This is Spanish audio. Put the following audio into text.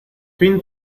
fin